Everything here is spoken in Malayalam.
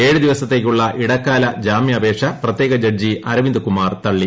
ഏഴ് ദിവസത്തേക്കുള്ള ഇടക്കാല ജാമ്യപേക്ഷ പ്രത്യേക ജഡ്ജി അരവിന്ദ് കുമാർ തള്ളി